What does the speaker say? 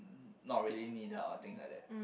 not really needed or things like that